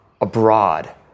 abroad